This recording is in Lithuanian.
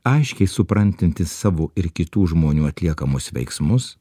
aiškiai suprantantis savo ir kitų žmonių atliekamus veiksmus